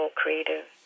creative